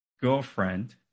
girlfriend